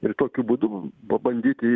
ir tokiu būdu pabandyti